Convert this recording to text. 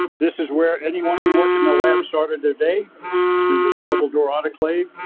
this is where anyone who worked in the lab started their day through this double door autoclave,